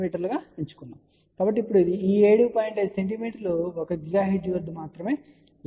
మీ 1GHz వద్ద మాత్రమే λ 4 అవుతుంది